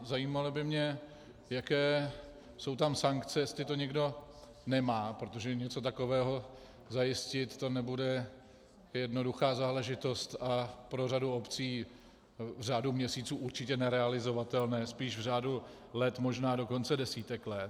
Zajímalo by mě, jaké jsou tam sankce, když to někdo nemá, protože něco takového zajistit, to nebude jednoduchá záležitost a pro řadu obcí v řádu měsíců určitě nerealizovatelné, spíš v řádu let, možná dokonce desítek let.